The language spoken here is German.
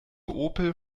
opel